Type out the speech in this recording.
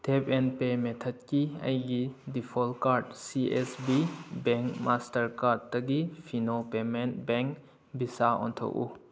tap and pay ꯃꯦꯊꯠꯀꯤ ꯑꯩꯒꯤ default card ꯁꯤ ꯑꯦꯁ ꯕꯤ ꯕꯦꯡ ꯃꯁꯇꯔ ꯀꯥꯔꯠꯇꯒꯤ ꯐꯤꯅꯣ ꯄꯦꯃꯦꯟ ꯕꯦꯡ ꯕꯤꯁꯥ ꯑꯣꯟꯊꯣꯛꯎ